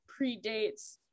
predates